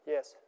Yes